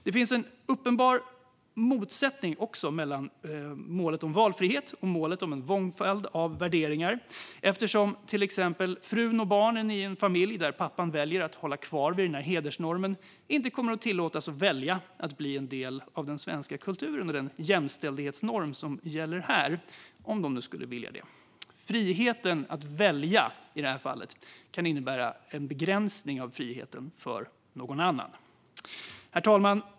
Det finns en uppenbar motsättning mellan målet om valfrihet och målet om en mångfald av värderingar. Den uppstår om exempelvis frun och barnen i en familj där pappan väljer att hålla kvar vid hedersnormen inte kommer att tillåtas välja att bli en del av den svenska kulturen och den jämställdhetsnorm som gäller här, om de skulle vilja det. Friheten att som i detta fall få välja kan innebära en begränsning av friheten för någon annan. Herr talman!